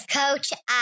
coach